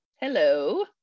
hello